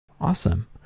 Awesome